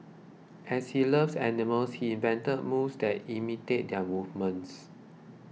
as he loves animals he invented moves that imitate their movements